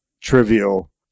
trivial